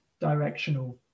directional